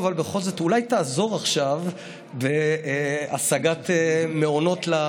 חבר הכנסת בנט: אסור לסגור, אני יודע שאסור לסגור,